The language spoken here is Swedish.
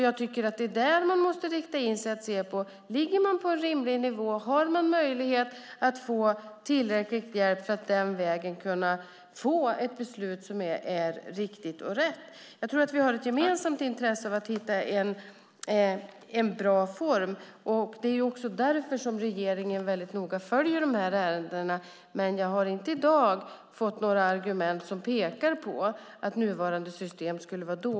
Jag tycker att det är där man måste rikta in sig på att se om man ligger på en rimlig nivå och om man har möjlighet att få tillräcklig hjälp för att den vägen kunna få ett beslut som är riktigt och rätt. Jag tror att vi har ett gemensamt intresse av att hitta en bra form. Det är också därför regeringen noga följer dessa ärenden. Men jag har inte i dag fått några argument som pekar på att nuvarande system skulle vara dåligt.